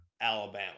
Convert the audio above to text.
Alabama